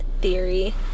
theory